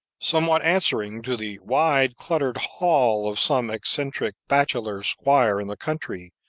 somewhat answering to the wide, cluttered hall of some eccentric bachelor-squire in the country,